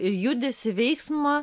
ir judesį veiksmą